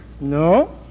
No